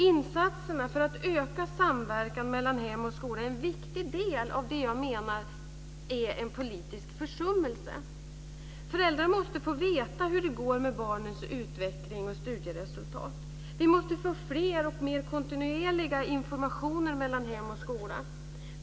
Insatserna för att öka samverkan mellan hem och skola är en viktig del av det jag menar är en politisk försummelse. Föräldrar måste få veta hur det går med barnens utveckling och studieresultat. Vi måste få fler och mer kontinuerliga informationer mellan hem och skola.